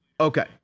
okay